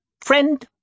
friend